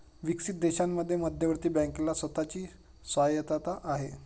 विकसित देशांमध्ये मध्यवर्ती बँकेला स्वतः ची स्वायत्तता आहे